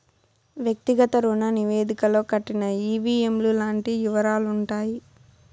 వ్యక్తిగత రుణ నివేదికలో కట్టిన ఈ.వీ.ఎం లు లాంటి యివరాలుంటాయి